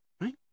right